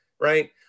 right